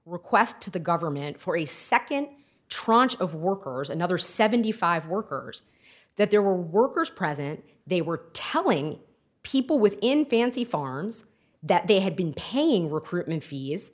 request to the government for a second tranche of workers another seventy five workers that there were workers present they were telling people within fancy farms that they had been paying recruitment fees